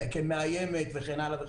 כמאיימת וכן הלאה.